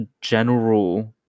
general